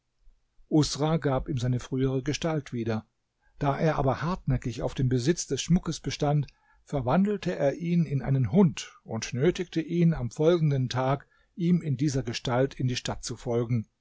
usra gab ihm seine frühere gestalt wieder da er aber hartnäckig auf dem besitz des schmuckes bestand verwandelte er ihn in einen hund und nötigte ihn am folgenden tag ihm in dieser gestalt in die stadt zu folgen